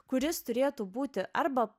kuris turėtų būti arba